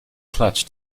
clutch